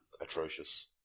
Atrocious